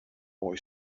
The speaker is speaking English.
boy